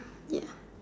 yup